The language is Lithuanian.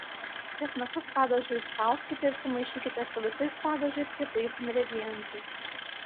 česnakus padažui išspauskite ir sumaišykite su visais padažui skirtais ingredientais